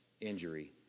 injury